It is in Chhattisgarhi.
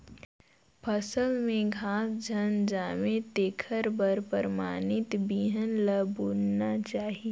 फसल में घास झन जामे तेखर बर परमानित बिहन ल बुनना चाही